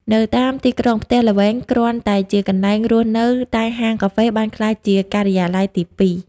នៅតាមទីក្រុង ផ្ទះលែងគ្រាន់តែជាកន្លែងរស់នៅ តែហាងកាហ្វេបានក្លាយជា "ការិយាល័យទី២"។